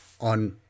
on